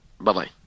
Bye-bye